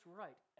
right